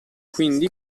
quindi